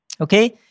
Okay